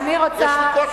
יש לי קושי,